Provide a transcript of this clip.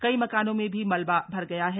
कई मकानों में भी मलबा भर गया है